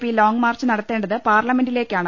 P long march നടത്തേണ്ടത് പാർലമെന്റിലേക്കാണ്